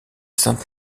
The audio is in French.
saint